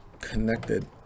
connected